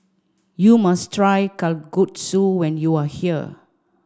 you must try Kalguksu when you are here